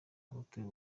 abatuye